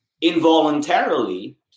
involuntarily